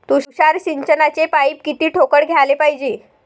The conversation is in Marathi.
तुषार सिंचनाचे पाइप किती ठोकळ घ्याले पायजे?